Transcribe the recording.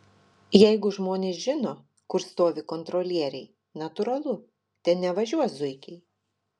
jeigu žmonės žino kur stovi kontrolieriai natūralu ten nevažiuos zuikiai